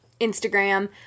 Instagram